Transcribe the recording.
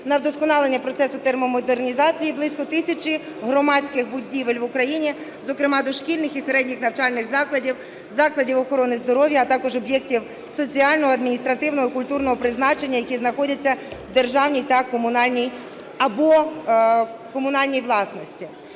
на вдосконалення процесу термомодернізації близько тисячі громадських будівель в Україні, зокрема дошкільних і середніх навчальних закладів, закладів охорони здоров'я, а також об'єктів соціального, адміністративного і культурного призначення, які знаходяться в державній та/або комунальній власності.